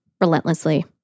relentlessly